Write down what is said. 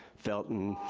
felton,